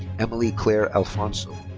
emilie claire alfonso.